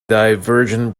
divergent